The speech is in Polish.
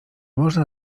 można